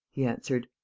he answered.